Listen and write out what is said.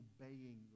obeying